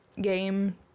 game